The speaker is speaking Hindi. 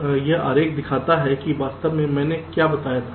तो यह आरेख दिखाता है कि वास्तव में मैंने क्या बताया था